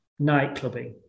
nightclubbing